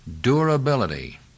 durability